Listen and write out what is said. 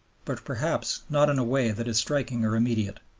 but perhaps not in a way that is striking or immediate.